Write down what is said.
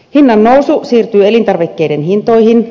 hinnannousu siirtyy elintarvikkeiden hintoihin